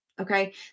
okay